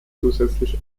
zusätzlich